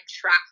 track